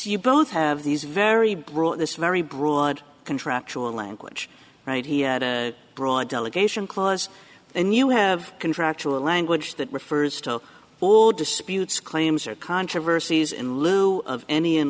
you both have these very broad this very broad contractual language right he had a broad delegation clause and you have contractual language that refers to all disputes claims or controversies in lieu of any